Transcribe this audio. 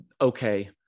Okay